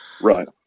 right